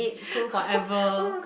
whatever